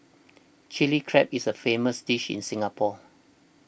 Chilli Crab is a famous dish in Singapore